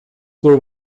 were